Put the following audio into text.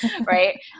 right